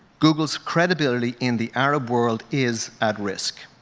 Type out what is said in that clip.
google's credibility in the arab world is at risk.